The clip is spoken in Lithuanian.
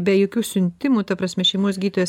be jokių siuntimų ta prasme šeimos gydytojas